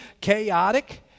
chaotic